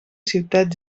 ciutat